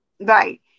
right